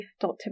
Dr